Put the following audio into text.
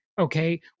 okay